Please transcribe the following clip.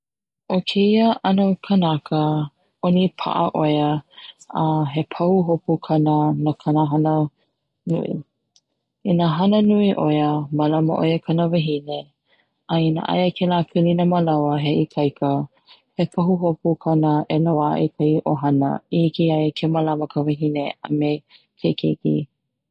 'O keia 'ano kanaka onipa'a 'oia a he pahu hopu kana no kana hana nui, i na hana nui 'oia malama kana wahine a ina aia kela pilina ma laua he ikaika he pahu hopu kona e loa'a i kahi 'ohana i hiki ia ia ke malama ka wahine me ke keiki.